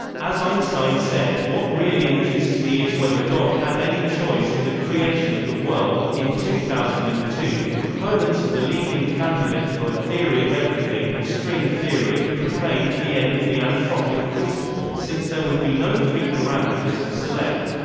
as einstein said what really interests me is whether god had any choice in the creation of the world. in two thousand and two, proponents of the leading candidate for a theory of everything, string theory, proclaimed the end of the anthropic principle since there would be no free parameters to select.